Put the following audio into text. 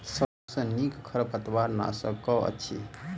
सबसँ नीक खरपतवार नाशक केँ अछि?